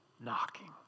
knocking